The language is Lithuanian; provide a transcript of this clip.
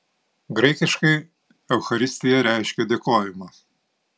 graikiškai eucharistija reiškia dėkojimą